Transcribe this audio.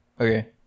Okay